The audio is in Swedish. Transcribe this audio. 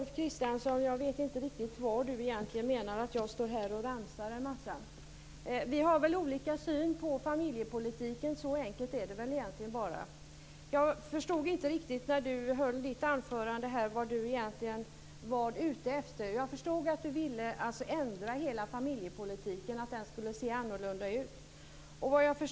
Fru talman! Jag vet inte riktigt vad Ulf Kristersson menar. Skulle jag stå här och "ramsa" en massa saker? Egentligen är det nog så enkelt att det handlar om att vi har olika syn på familjepolitiken. Jag förstår inte vad Ulf Kristersson egentligen var ute efter i sitt anförande. Såvitt jag förstår vill Ulf Kristersson ändra hela familjepolitiken så att den ser annorlunda ut.